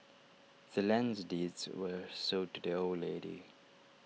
the land's deed was sold to the old lady